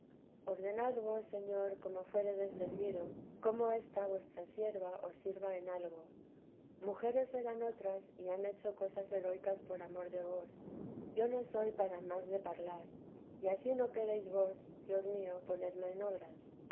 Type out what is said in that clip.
vos señor como fuéredes servido cómo esta vuestra sierva os sirva en algo mujeres eran otras y han hecho cosas heroicas por amor de vos yo no soy para más de parlar y ansí no queréis vos dios mío ponerme en obras